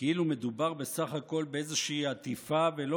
כאילו מדובר בסך הכול באיזושהי עטיפה ולא